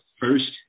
first